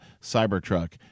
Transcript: Cybertruck